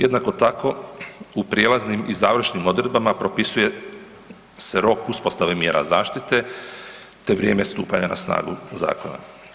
Jednako tako u prijelaznim i završnim odredbama propisuje se rok uspostave mjera zaštite te vrijeme stupanja na snagu zakona.